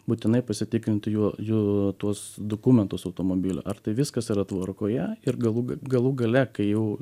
būtinai pasitikrinti jų jų tuos dukumentus automobilio ar tai viskas yra tvarkoje ir galų galų gale kai jau